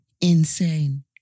insane